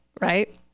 right